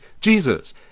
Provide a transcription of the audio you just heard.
Jesus